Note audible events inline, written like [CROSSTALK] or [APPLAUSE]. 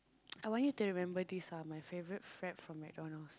[NOISE] I want you to remember this ah my favourite frappe from McDonalds